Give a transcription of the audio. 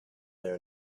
there